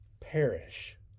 perish